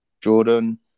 Jordan